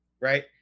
right